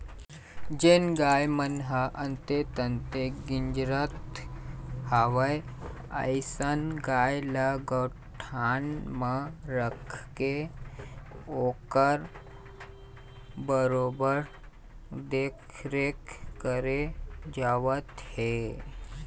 जेन गाय मन ह अंते तंते गिजरत हवय अइसन गाय ल गौठान म रखके ओखर बरोबर देखरेख करे जावत हे